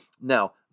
Now